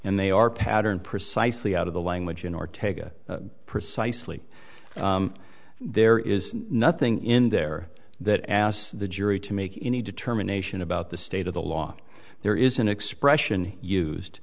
and they are pattern precisely out of the language in or tega precisely there is nothing in there that asks the jury to make any determination about the state of the law there is an expression used